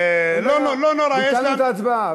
לא נורא, יש לנו, ביטלנו את ההצבעה.